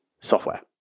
software